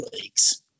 leagues